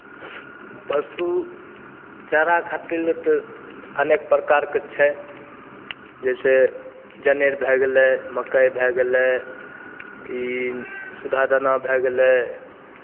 पशु चारा खातिर तऽ अनेक प्रकारके छै जइसे जनेर भए गेलै मक्कइ भए गेलै ई सुधा दाना भए गेलै